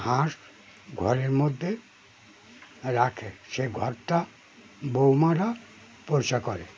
হাঁস ঘরের মধ্যে রাখে সেই ঘরটা বৌমারা পরিস্কার করে